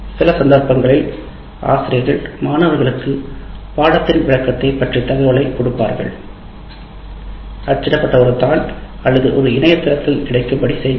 சில சந்தர்ப்பங்களில் ஆசிரியர்கள் மாணவர்களுக்கு பாடத்தின் விளக்கத்தைப் பற்றிய தகவல்களை கொடுப்பார்கள் அச்சிடப்பட்ட ஒரு தாள் அல்லது ஒரு இணையதளத்தில் கிடைக்கும்படி செய்வார்கள்